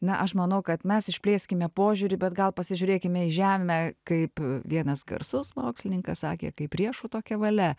na aš manau kad mes išplėskime požiūrį bet gal pasižiūrėkime į žemę kaip vienas garsus mokslininkas sakė kaip riešuto kevale